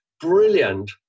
brilliant